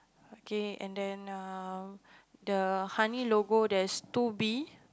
okay and then err the honey logo there is two bee